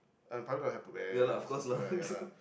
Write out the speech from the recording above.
public I have to wear shoe lah ya lah